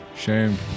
shame